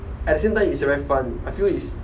at the same time it's very fun I feel is